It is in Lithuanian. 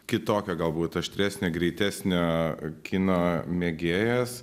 kitokio galbūt aštresnę greitesnio kino mėgėjas